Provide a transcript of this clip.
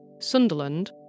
Sunderland